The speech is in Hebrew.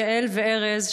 יעל וארז,